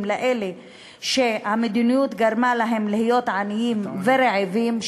לאלה שהמדיניות גרמה להם להיות עניים ורעבים,